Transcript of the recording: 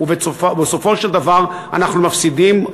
בסופו של דבר אנחנו מפסידים,